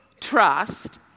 trust